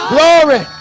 Glory